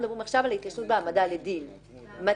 אנחנו